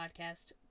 podcast